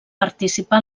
participà